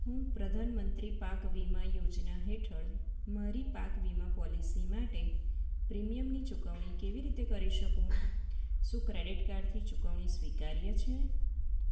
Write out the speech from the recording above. હું પ્રધાનમંત્રી પાક વીમા યોજના હેઠળ મારી પાક વીમા પૉલિસી માટે પ્રીમિયમની ચુકવણી કેવી રીતે કરી શકું શું ક્રેડિટ કાર્ડથી ચુકવણી સ્વીકાર્ય છે